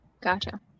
gotcha